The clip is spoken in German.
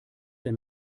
der